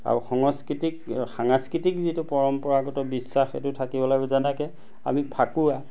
আৰু সংস্কৃতিক সাংস্কৃতিক যিটো পৰম্পৰাগত বিশ্বাস সেইটো থাকিব লাগিব যেনেকে আমি ফাকুৱা